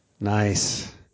nice